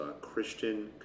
Christian